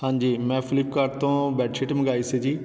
ਹਾਂਜੀ ਮੈਂ ਫਲਿੱਪਕਾਡ ਤੋਂ ਬੈੱਡਸ਼ੀਟ ਮੰਗਵਾਈ ਸੀ ਜੀ